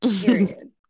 Period